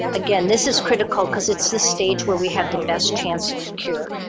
again, this is critical because it's the stage where we have the best chance of cure.